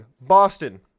Boston